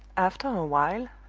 after a while,